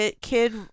kid